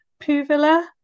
puvilla